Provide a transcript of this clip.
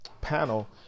panel